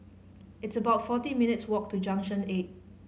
it's about forty minutes' walk to Junction Eight